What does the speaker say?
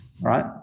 right